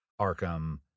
Arkham